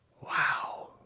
Wow